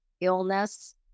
illness